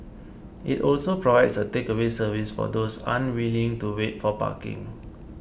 it also provides a takeaway service for those unwilling to wait for parking